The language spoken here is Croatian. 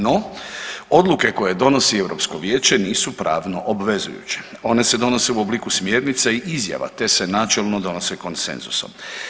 No, odluke koje donosi Europsko vijeće nisu pravno obvezujuće, one se donose u obliku smjernica i izjava, te se načelno donose konsenzusom.